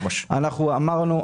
אנחנו אמרנו,